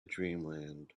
dreamland